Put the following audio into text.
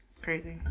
crazy